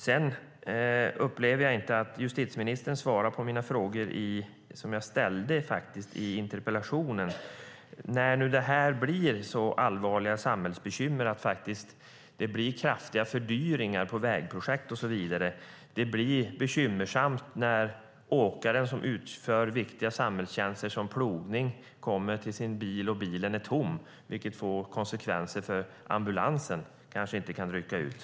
Sedan upplever jag inte att justitieministern svarar på de frågor jag ställde i interpellationen. När det blir så allvarliga samhällsbekymmer att det faktiskt blir kraftiga fördyringar på vägprojekt och så vidare blir det bekymmersamt när åkare som utför viktiga samhällstjänster som plogning kommer till sin bil och bilen är tom. Det får konsekvenser; ambulansen kanske inte kan rycka ut.